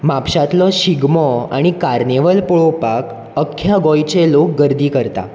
म्हापश्यांतलो शिगमो आनी कारनिवल पळोवपाक अख्ख्या गोंयचे लोक गर्दी करता